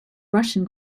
russian